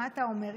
מה אתה אומר?